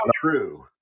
true